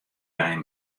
ein